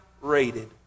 rated